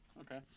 Okay